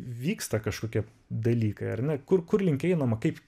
vyksta kažkokie dalykai ar ne kur kur link einama kaip